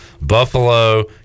Buffalo